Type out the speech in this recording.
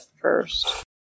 first